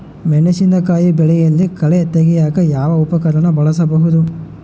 ಮೆಣಸಿನಕಾಯಿ ಬೆಳೆಯಲ್ಲಿ ಕಳೆ ತೆಗಿಯಾಕ ಯಾವ ಉಪಕರಣ ಬಳಸಬಹುದು?